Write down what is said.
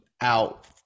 out